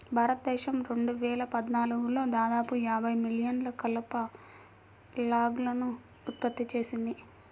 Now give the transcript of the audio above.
భారతదేశం రెండు వేల పద్నాలుగులో దాదాపు యాభై మిలియన్ల కలప లాగ్లను ఉత్పత్తి చేసింది